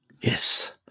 Yes